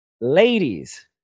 ladies